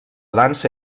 dansa